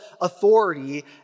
authority